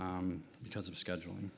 because of scheduling